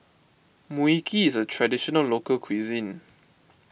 Mui Kee is a Traditional Local Cuisine